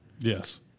Yes